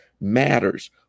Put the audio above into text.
matters